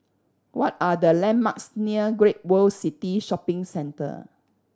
what are the landmarks near Great World City Shopping Centre